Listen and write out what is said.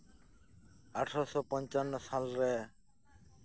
ᱜᱮᱞ ᱤᱨᱟᱹᱞ ᱢᱚᱬᱮ ᱜᱮᱞ ᱢᱚᱬᱮ ᱥᱟᱞ ᱨᱮ